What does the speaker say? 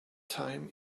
time